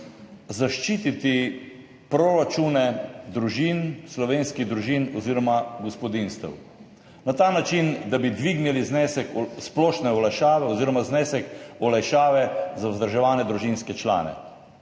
zaščititi proračune slovenskih družin oziroma gospodinjstev na ta način, da bi dvignili znesek splošne olajšave oziroma znesek olajšave za vzdrževane družinske člane.